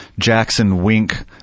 JacksonWink